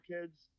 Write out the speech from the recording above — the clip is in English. kids